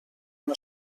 una